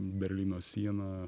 berlyno siena